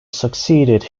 succeeded